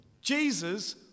Jesus